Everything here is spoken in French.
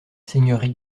seigneurie